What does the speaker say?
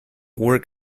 work